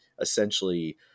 Essentially